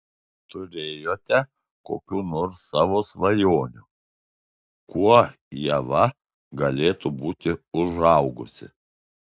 turėjote kokių nors savo svajonių kuo ieva galėtų būti užaugusi